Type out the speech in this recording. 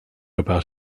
about